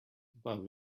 but